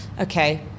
okay